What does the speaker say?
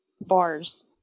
bars